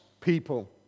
people